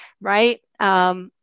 Right